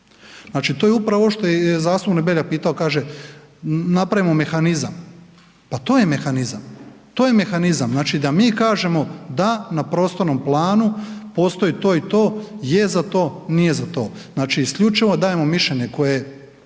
Znači, to je upravo ovo što je i zastupnik Beljak pitao, kaže napravimo mehanizam, pa to je mehanizam, to je mehanizam, znači da mi kažemo, da na prostornom planu postoji to i to, je za to, nije za to. Znači, isključivo dajemo mišljenje koje,